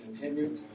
continue